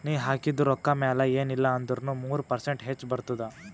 ನೀ ಹಾಕಿದು ರೊಕ್ಕಾ ಮ್ಯಾಲ ಎನ್ ಇಲ್ಲಾ ಅಂದುರ್ನು ಮೂರು ಪರ್ಸೆಂಟ್ರೆ ಹೆಚ್ ಬರ್ತುದ